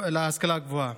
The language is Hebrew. להשכלה הגבוהה.